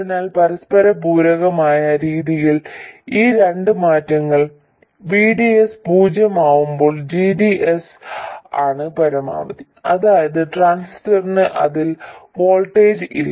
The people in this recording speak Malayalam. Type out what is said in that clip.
അതിനാൽ പരസ്പര പൂരകമായ രീതിയിൽ ഈ രണ്ട് മാറ്റങ്ങൾ V d s പൂജ്യമാകുമ്പോൾ g d s ആണ് പരമാവധി അതായത് ട്രാൻസിസ്റ്ററിന് അതിൽ വോൾട്ടേജ് ഇല്ല